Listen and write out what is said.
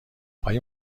آیا